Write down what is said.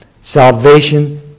salvation